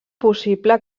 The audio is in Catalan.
possible